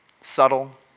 subtle